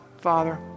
Father